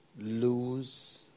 lose